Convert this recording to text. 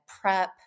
PrEP